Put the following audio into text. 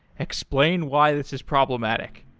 explain why this is problematic.